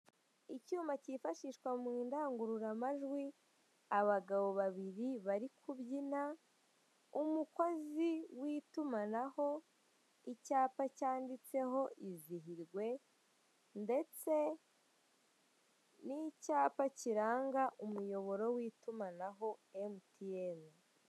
Icyuma kifashishwa mu ndangururamajwi, abagabo babiri bari kubyina, umukozi w'itumanaho, icyapa cyanditseho izihirwe ndetse n'icyapa kiranga umuyoboro w'itumanaho emutiyeni.